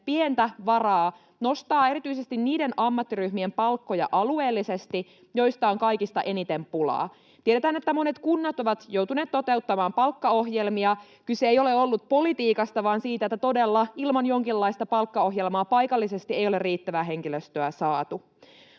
pientä varaa nostaa erityisesti niiden ammattiryhmien palkkoja alueellisesti, joista on kaikista eniten pulaa? Tiedetään, että monet kunnat ovat joutuneet toteuttamaan palkkaohjelmia. Kyse ei ole ollut politiikasta vaan siitä, että todella ilman jonkinlaista palkkaohjelmaa paikallisesti ei ole riittävää henkilöstöä saatu.